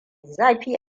zafi